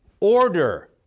order